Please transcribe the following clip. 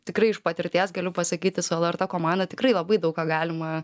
tikrai iš patirties galiu pasakyti su lrt komanda tikrai labai daug ką galima